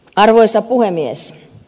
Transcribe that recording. arvoisa puhemies